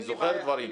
אני זוכר דברים.